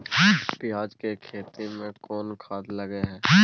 पियाज के खेती में कोन खाद लगे हैं?